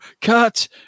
cut